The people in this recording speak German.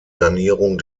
sanierung